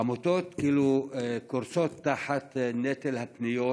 העמותות קורסות תחת נטל הפניות,